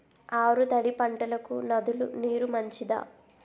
ఆరు తడి పంటలకు నదుల నీరు మంచిదా?